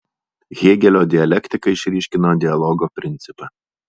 hėgelio dialektika išryškino dialogo principą